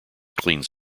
cleans